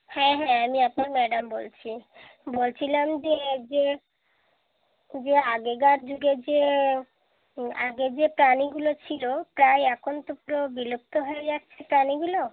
হ্যাঁ হ্যাঁ আমি আপনার ম্যাডাম বলছি বলছিলাম যে যে যে আগেকার যুগে যে আগে যে প্রাণীগুলো ছিলো প্রায় এখন তো পুরো বিলুপ্ত হয়ে যাচ্ছে প্রাণীগুলো